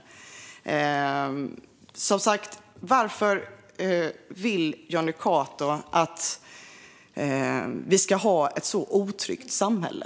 Varför vill Jonny Cato att vi ska ha ett så otryggt samhälle?